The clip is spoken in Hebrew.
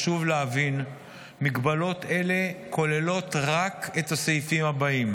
חשוב להבין מגבלות אלה כוללות רק את הסעיפים הבאים: